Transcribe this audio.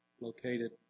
located